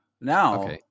Now